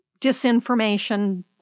disinformation